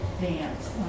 dance